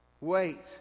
wait